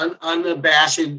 unabashed